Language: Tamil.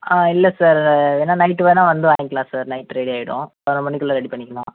ஆ இல்லை சார் வேணால் நைட்டு வேணால் வந்து வாங்கிக்கலாம் சார் நைட்டு ரெடி ஆகிடும் பதினோரு மணிக்குள்ளே ரெடி பண்ணிக்கலாம்